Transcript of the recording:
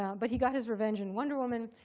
um but he got his revenge in wonder woman,